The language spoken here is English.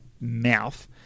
mouth